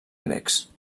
grecs